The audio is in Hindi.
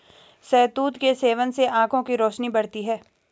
शहतूत के सेवन से आंखों की रोशनी बढ़ती है